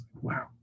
Wow